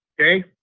okay